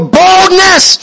boldness